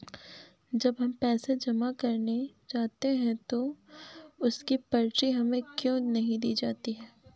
जब हम पैसे जमा करने जाते हैं तो उसकी पर्ची हमें क्यो नहीं दी जाती है?